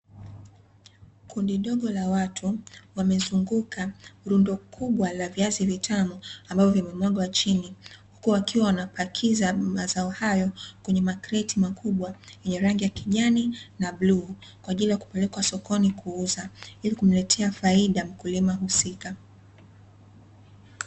Kundi dogo la watu wamezunguka lundo kubwa la viazi vitamu ambavyo vimemwagwa chini, huku wakiwa wanapakiza mazao hayo kwenye makreti makubwa yenye rangi ya kijani na buluu kwa ajili ya kupelekwa sokoni kuuza ili kumletea faida mkulima husika.